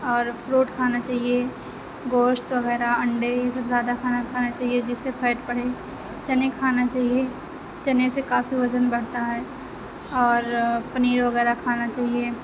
اور فروٹ کھانا چاہیے گوشت وغیرہ انڈے یہ سب زیادہ کھانا کھانا چاہیے جس سے فیٹ بڑھے چنے کھانا چاہیے چنے سے کافی وزن بڑھتا ہے اور پنیر وغیرہ کھانا چاہیے